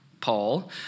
Paul